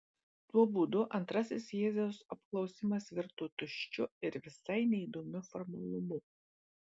tuo būdu antrasis jėzaus apklausimas virto tuščiu ir visai neįdomiu formalumu